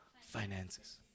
finances